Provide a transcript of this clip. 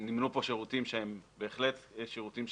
נמנו פה שירותים שהם בהחלט ייחודיים,